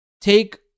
take